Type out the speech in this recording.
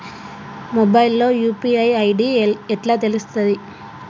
Mobile లో UPI ID ఎట్లా తెలుస్తది?